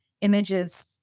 images